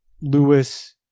Lewis